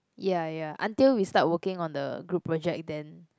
ya ya until we start working on the group project then